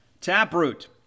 Taproot